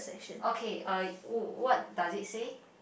okay uh w~ what does it say